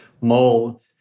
mold